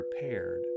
prepared